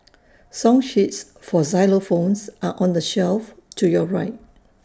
song sheets for xylophones are on the shelf to your right